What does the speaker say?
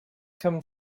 come